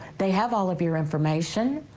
they have all of your information.